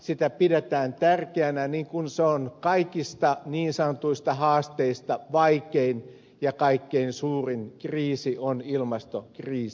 sitä pidetään tärkeänä niin kuin se on kaikista niin sanotuista haasteista vaikein ja kaikkein suurin kriisi on ilmastokriisi